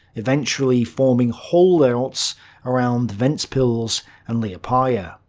eventually forming hold-outs around ventspils and liepaja.